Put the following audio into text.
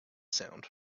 sound